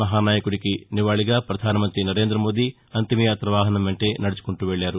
మహానాయకునికి నివాళిగా ప్రధానమంతి నరేంద్రమోదీ అంతిమయాత వాహనం వెంటే నడుచుకుంటూ వెళ్లారు